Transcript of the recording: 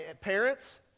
parents